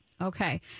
Okay